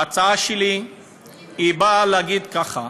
ההצעה שלי באה להגיד ככה: